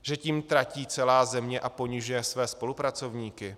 Že tím tratí celá země a ponižuje svoje spolupracovníky?